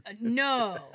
No